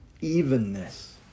evenness